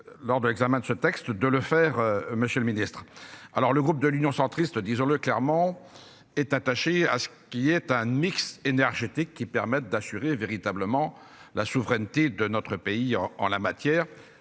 Lors de l'examen de ce texte de le faire. Monsieur le Ministre, alors le groupe de l'Union centriste, disons-le clairement être attaché à ce qui est un mix énergétique qui permette d'assurer véritablement la souveraineté de notre pays en la matière